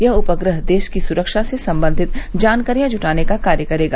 यह उपग्रह देश की सुरक्षा से संबंधित जानकारियां जुटाने का कार्य करेगा